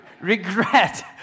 regret